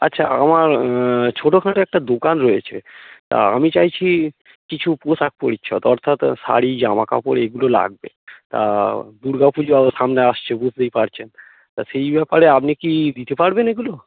আচ্ছা আমার ছোটোখাটো একটা দোকান রয়েছে তা আমি চাইছি কিছু পোশাক পরিচ্ছদ অর্থাৎ শাড়ি জামা কাপড় এইগুলো লাগবে তা দুর্গা পূজাও সামনে আসছে বুঝতেই পারছেন তা সেই ব্যাপারে আপনি কি দিতে পারবেন এগুলো